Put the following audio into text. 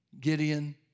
Gideon